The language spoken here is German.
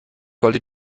sollte